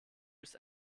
vus